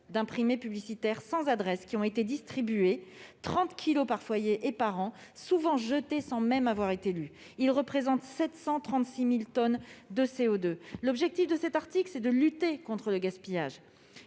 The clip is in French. d'imprimés publicitaires sans adresse qui ont été distribués, soit 30 kilogrammes par foyer et par an, souvent jetés sans même avoir été lus. Le bilan s'élève à 736 000 tonnes de CO2. L'objectif de cet article est de lutter contre ce gaspillage.